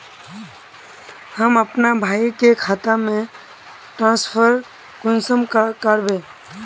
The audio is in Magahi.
हम अपना भाई के खाता में ट्रांसफर कुंसम कारबे?